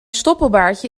stoppelbaardje